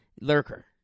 lurker